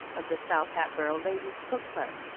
of the south hatboro' ladies' book club,